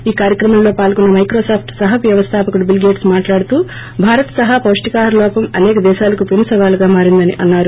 ఈ కార్యక్రమంలో పాల్గొన్న మైకోసాప్ట్ సహ వ్యవస్థాపకుడు బిల్ గేట్స్ మాట్లాడుతూ భారత్ సహా పొష్లికాహార లోపం అసేక దేశాలకు పెను సవాలుగా మారిందని అన్నారు